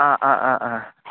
आं आं आं आं